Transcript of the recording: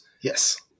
Yes